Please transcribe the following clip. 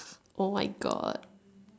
oh my god